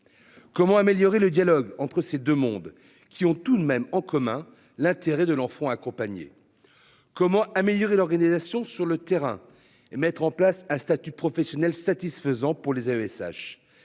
Comment améliorer le dialogue entre ces 2 mondes qui ont tout de même en commun, l'intérêt de l'enfant accompagné. Comment améliorer l'organisation sur le terrain et mettre en place un statut professionnel satisfaisant pour les AESH